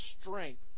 strength